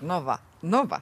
nu va nu va